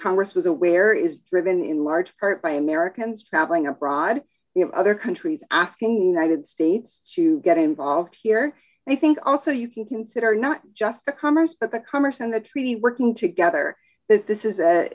congress was aware is driven in large part by americans traveling abroad we have other countries asking united states to get involved here and i think also you can consider not just the commerce but the commerce and the treaty working together that this is